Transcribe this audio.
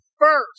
first